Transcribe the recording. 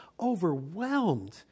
overwhelmed